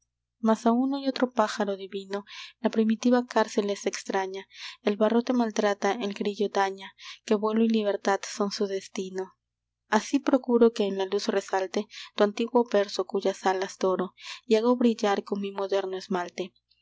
mas a uno y otro pájaro divino la primitiva cárcel es extraña el barrote maltrata el grillo daña que vuelo y libertad son su destino así procuro que en la luz resalte tu antiguo verso cuyas alas doro y hago brillar con mi moderno esmalte